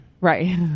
Right